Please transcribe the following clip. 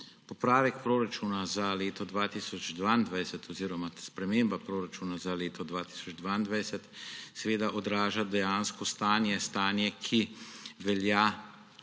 Popravek proračuna za leto 2022 oziroma sprememba proračuna za leto 2022 odraža dejansko stanje, stanje,